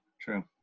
true